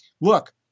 look